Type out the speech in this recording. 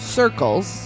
circles